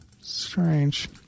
strange